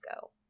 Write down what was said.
go